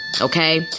okay